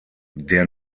der